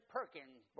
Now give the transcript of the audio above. Perkins